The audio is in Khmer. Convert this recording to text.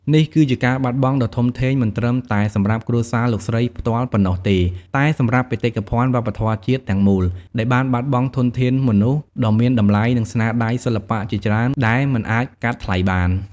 នេះគឺជាការបាត់បង់ដ៏ធំធេងមិនត្រឹមតែសម្រាប់គ្រួសារលោកស្រីផ្ទាល់ប៉ុណ្ណោះទេ តែសម្រាប់ បេតិកភណ្ឌវប្បធម៌ជាតិ ទាំងមូល ដែលបានបាត់បង់ធនធានមនុស្សដ៏មានតម្លៃ និងស្នាដៃសិល្បៈជាច្រើនដែលមិនអាចកាត់ថ្លៃបាន។